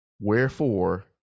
wherefore